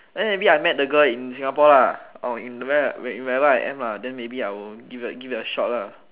then maybe I met the girl in Singapore lah or in where in where ever I am lah then maybe I would give it a give it a shot lah